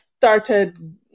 started